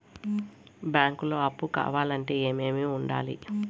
బ్యాంకులో అప్పు కావాలంటే ఏమేమి ఉండాలి?